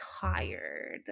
tired